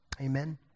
Amen